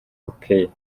okoye